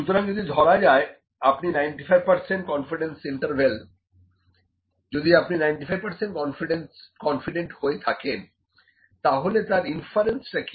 সুতরাং যদি ধরা হয় আপনি 95 কনফিডেন্স ইন্টারভ্যাল যদি আপনি 95 কনফিডেন্ট হয়ে থাকেনতাহলে তার ইনফারেন্স টা কি